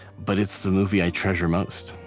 but it's the movie i treasure most,